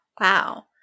Wow